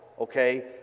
okay